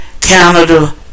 Canada